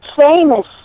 famous